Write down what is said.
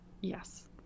yes